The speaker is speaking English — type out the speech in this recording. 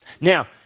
Now